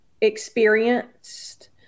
experienced